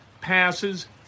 passes